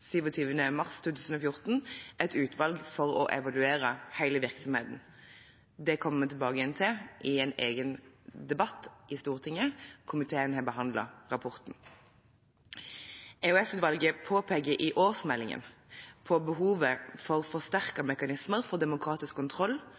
27. mars 2014 et utvalg for å evaluere hele virksomheten. Det kommer vi tilbake til i en egen debatt i Stortinget. Komiteen har behandlet rapporten. EOS-utvalget peker i årsmeldingen på behovet for forsterkede mekanismer for demokratisk kontroll